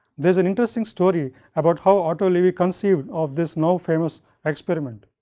there is an interesting story about how otto loewi conceived of this know famous experiment.